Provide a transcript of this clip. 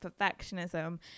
perfectionism